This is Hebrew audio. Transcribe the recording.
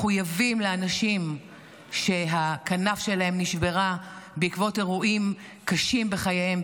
אנחנו מחויבים לאנשים שהכנף שלהם נשברה בעקבות אירועים קשים בחייהם,